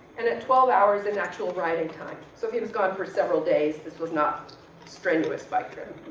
and at twelve hours in actual riding time. so he was gone for several days. this was not strenuous biking. um